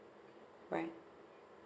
right